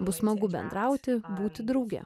bus smagu bendrauti būti drauge